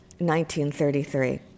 1933